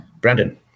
Brandon